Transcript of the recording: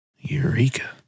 Eureka